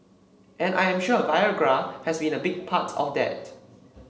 and I am sure Viagra has been a big part of that